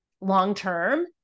long-term